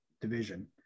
division